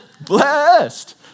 Blessed